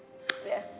ya